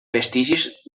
vestigis